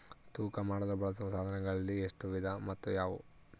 ತೂಕ ಮಾಡಲು ಬಳಸುವ ಸಾಧನಗಳಲ್ಲಿ ಎಷ್ಟು ವಿಧ ಮತ್ತು ಯಾವುವು?